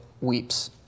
Weeps